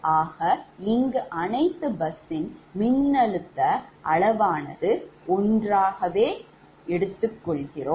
ஆக இங்கு அனைத்து busன் மின்னழுத்த magnitude ஆனது 1 என எடுத்துக்கொள்ளலாம்